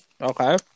Okay